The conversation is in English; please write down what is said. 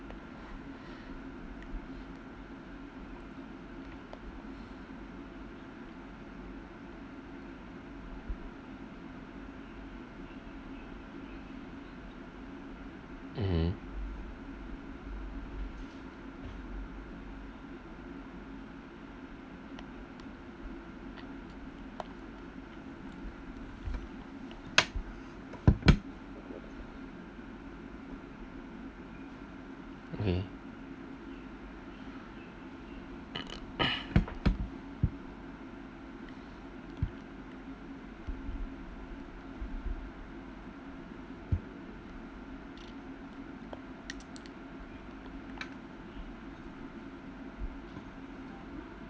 mmhmm okay